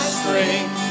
strength